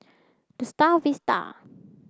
the Star Vista